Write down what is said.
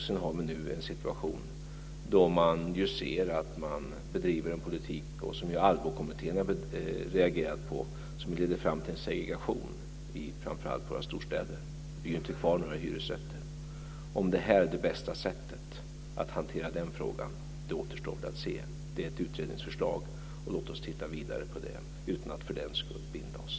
Sedan har vi nu en situation då vi ju ser att man bedriver en politik - och som ALLBO-kommittén har reagerat på - som leder fram till en segregation framför allt i våra storstäder. Det blir inte kvar några hyresrätter. Om det här är det bästa sättet att hantera den här frågan på återstår att se. Det är ett utredningsförslag. Låt oss titta vidare på det utan att för den skull binda oss.